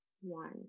one